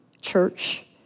church